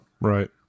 Right